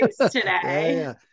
today